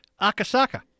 Akasaka